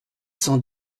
cent